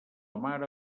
mare